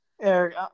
Eric